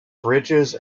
bridges